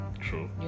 True